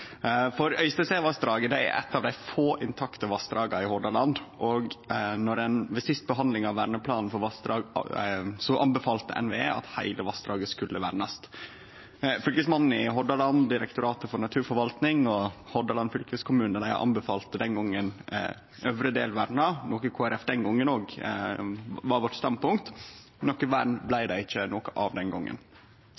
i dag. Øystesevassdraget er eit av dei få intakte vassdraga i Hordaland, og ved siste behandlinga av Verneplan for vassdrag anbefalte NVE at heile vassdraget skulle vernast. Fylkesmannen i Hordaland, Direktoratet for naturforvaltning og Hordaland fylkeskommune anbefalte den gongen øvre delen verna, noko som også den gongen var Kristeleg Folkepartis standpunkt. Men noko vern blei